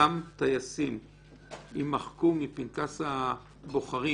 אותם טייסים יימחקו מפנקס הבוחרים,